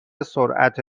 سرعت